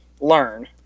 learn